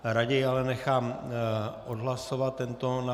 Raději ale nechám odhlasovat tento návrh.